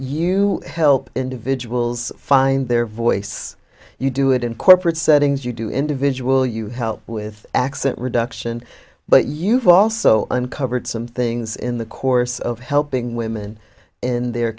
you help individuals find their voice you do it in corporate settings you do individual you help with accent reduction but you've also uncovered some things in the course of helping women in their